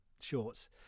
shorts